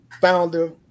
Founder